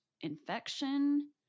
infection